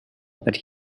that